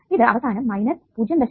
ഇത് അവസാനം 0